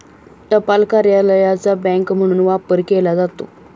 टपाल कार्यालयाचा बँक म्हणून वापर केला जातो